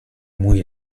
muy